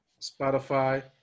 Spotify